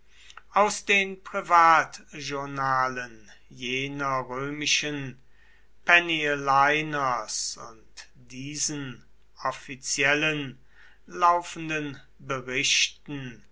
aus den privatjournalen jener römischen penny a liners und diesen offiziellen laufenden berichten